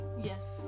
yes